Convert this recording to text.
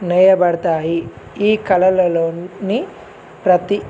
నేయబడతాయి ఈ కళలలోని ప్రతి